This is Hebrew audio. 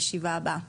ההפרדה בתו הירוק,